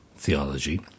theology